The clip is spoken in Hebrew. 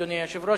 אדוני היושב-ראש?